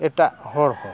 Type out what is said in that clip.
ᱮᱴᱟᱜ ᱦᱚᱲ ᱦᱚᱸ